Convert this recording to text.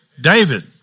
David